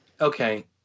Okay